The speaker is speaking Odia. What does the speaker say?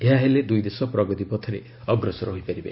ଏହା ହେଲେ ଦୁଇଦେଶ ପ୍ରଗତିପଥରେ ଅଗ୍ରସର ହୋଇପାରିବେ